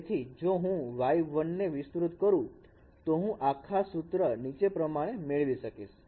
તેથી જો હું Y1 ને વિસ્તૃત કરું તો હું આખા સૂત્ર ને નીચે પ્રમાણે મેળવી શકીશ